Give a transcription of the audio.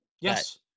Yes